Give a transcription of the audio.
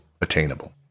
attainable